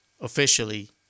officially